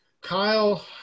Kyle